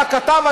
רבה